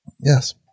Yes